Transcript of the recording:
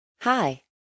Hi